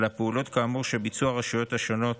על הפעולות כאמור שביצעו הרשויות השונות